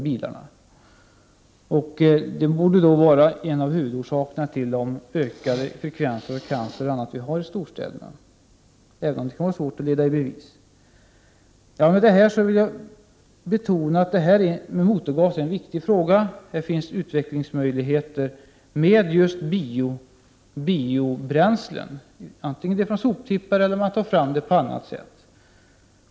Detta faktum borde vara en av huvudorsakerna till de ökade frekvenserna av cancer och annat som finns i storstäderna, även om det kan vara svårt att leda i bevis. Användandet av motorgasen utgör en viktig fråga. Det finns utvecklingsmöjligheter för biobränslen, antingen de kommer från soptippar eller framställs på annat sätt.